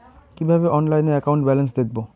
কিভাবে অনলাইনে account balance দেখবো?